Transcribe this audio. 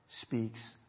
speaks